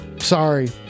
Sorry